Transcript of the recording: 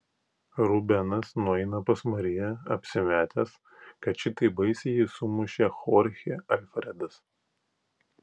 rubenas nueina pas mariją apsimetęs kad šitaip baisiai jį sumušė chorchė alfredas